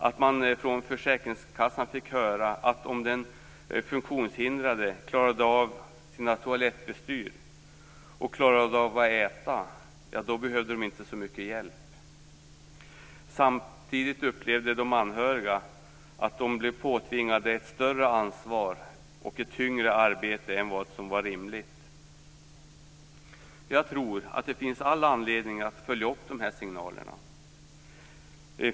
Man kunde få höra från försäkringskassan att om de funktionshindrade klarade av sina toalettbestyr och att äta, behövde de inte så mycket hjälp. Samtidigt upplevde de anhöriga att de blev påtvingade ett större ansvar och ett tyngre arbete än vad som var rimligt. Jag tror att det finns all anledning att följa upp de här signalerna.